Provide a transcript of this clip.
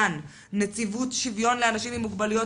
מנציבות שוויון לאנשים עם מוגבלויות,